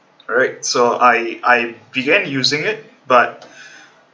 alright so I I began using it but